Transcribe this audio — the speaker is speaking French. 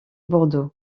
bordeaux